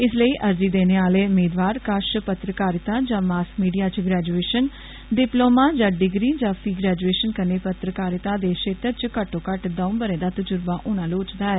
इस लेई अर्जी देने आले मेदवार कष पत्रकारिता जां मॉस मीडिया च ग्रैजुएषन डिपलोमा जां डिग्री जां फी ग्रैजुएषन कन्नै पत्रकारिता दे क्षेत्र च घट्टो घट्ट दऊं ब'रे दा तजुर्बा होना लोड़चदा ऐ